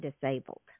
disabled